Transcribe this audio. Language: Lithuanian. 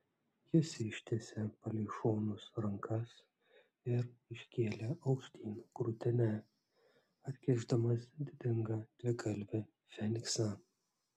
jis ištiesė palei šonus rankas ir iškėlė aukštyn krūtinę atkišdamas didingą dvigalvį feniksą